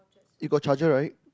if got charger right